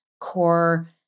core